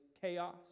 chaos